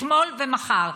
אתמול ומחר,